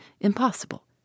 impossible